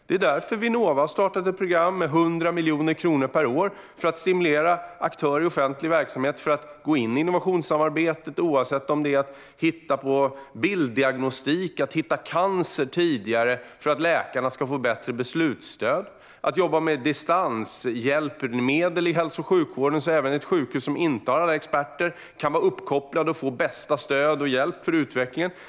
Det är därför Vinnova har startat ett program med 100 miljoner kronor per år för att stimulera aktörer i offentlig verksamhet att gå in i innovationssamarbete, oavsett om det handlar om bilddiagnostik, om att hitta cancer tidigare för att läkarna ska få bättre beslutsstöd eller om att jobba med distanshjälpmedel i hälso och sjukvården, så att även ett sjukhus som inte har alla experter kan vara uppkopplat och få bästa stöd och hjälp för utvecklingen.